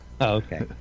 okay